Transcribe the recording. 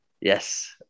Yes